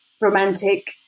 romantic